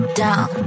down